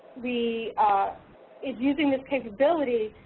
we in using this capability,